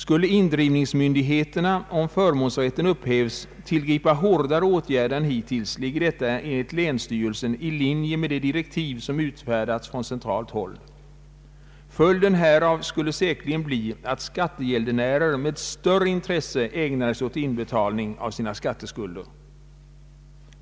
Skulle indrivningsmyndigheterna, om förmånsrätten upphävs, tillgripa hårdare åtgärder än hittills, ligger detta enligt länsstyrelsen i linje med de direktiv som utfärdats från centralt håll. Följden därav skulle säkerligen bli, att skattegäldenären med större intresse ägnade sig åt inbetalning av sina skatteskulder.